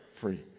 free